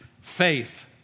faith